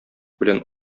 белән